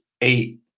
eight